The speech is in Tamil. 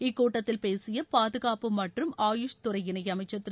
இக்கூட்டத்தில் பேசிய பாதுகாப்பு மற்றும் ஆயுஷ் துறை இணையமைச்சர் திரு